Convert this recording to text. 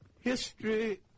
History